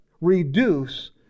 reduce